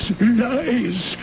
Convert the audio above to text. lies